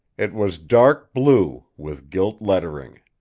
it was dark blue, with gilt lettering.